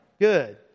Good